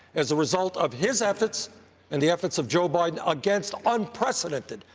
as a result of his efforts and the efforts of joe biden against unprecedented,